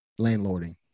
landlording